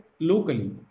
locally